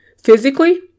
Physically